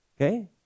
Okay